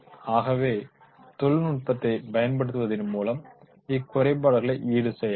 ஆகவே தொழில்நுட்பத்தைப் பயன்படுத்துவதன் மூலம் இக்குறைபாடுகளை ஈடுசெய்யலாம்